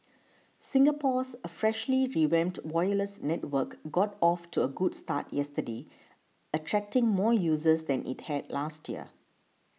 Singapore's a freshly revamped wireless network got off to a good start yesterday attracting more users than it had last year